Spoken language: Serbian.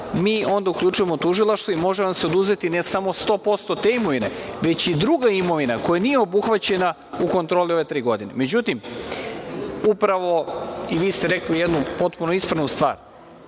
mi onda uključujemo tužilaštvo i može vam se oduzeti ne samo 100% te imovine, već i druga imovina koja nije obuhvaćena u kontroli ove tri godine.Međutim, vi ste rekli jednu potpuno ispravnu stvar,